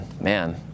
man